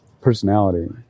personality